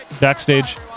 backstage